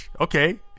Okay